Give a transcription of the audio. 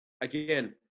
again